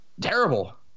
terrible